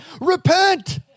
repent